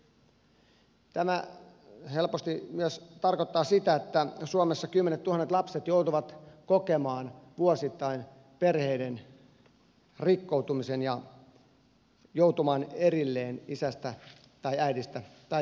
tämä helposti myös tarkoittaa sitä että suomessa kymmenettuhannet lapset joutuvat kokemaan vuosittain perheiden rikkoutumisen ja joutuvat erilleen isästä tai äidistä tai molemmista